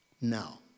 now